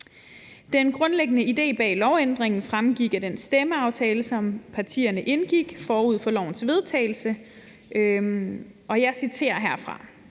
Den grundlæggende idé bag lovændringen fremgik af den stemmeaftale, som partierne indgik forud for lovens vedtagelse, og jeg citerer herfra: